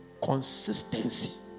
consistency